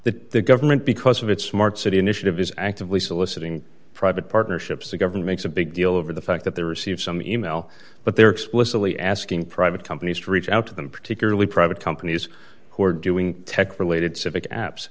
brief that government because of its smarts it initiative is actively soliciting private partnerships to govern makes a big deal over the fact that they receive some e mail but they are explicitly asking private companies to reach out to them particularly private companies who are doing tech related civic a